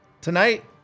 tonight